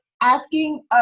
asking